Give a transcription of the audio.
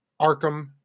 Arkham